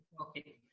Okay